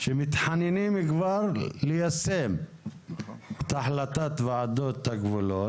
שמתחננים כבר ליישם את החלטת ועדות הגבולות.